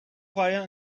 fire